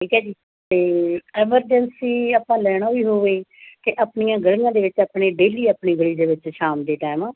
ਠੀਕ ਹੈ ਜੀ ਅਤੇ ਐਮਰਜੈਂਸੀ ਆਪਾਂ ਲੈਣਾ ਵੀ ਹੋਵੇ ਤਾਂ ਆਪਣੀਆਂ ਗਲੀਆਂ ਦੇ ਵਿੱਚ ਆਪਣੇ ਡੇਲੀ ਆਪਣੀ ਗਲੀ ਦੇ ਵਿੱਚ ਸ਼ਾਮ ਦੇ ਟੇਮ